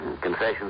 Concessions